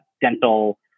dental